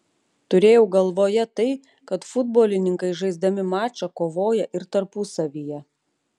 turėjau galvoje tai kad futbolininkai žaisdami mačą kovoja ir tarpusavyje